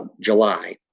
July